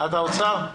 את האוצר?